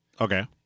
Okay